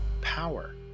power